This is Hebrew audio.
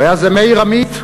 והיה זה מאיר עמית,